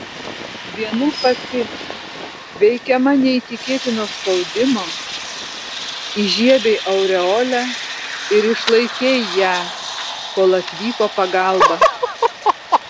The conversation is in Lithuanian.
viena pati veikiama neįtikėtino spaudimo įžiebei aureolę ir išlaikei ją kol atvyko pagalba